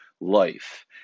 life